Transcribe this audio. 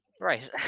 Right